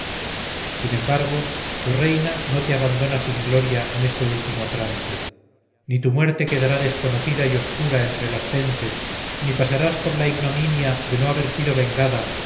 sin embargo tu reina no te abandona sin gloria en este último trance ni tu muerte quedará desconocida y oscura entre las gentes ni pasarás por la ignominia de no haber sido vengada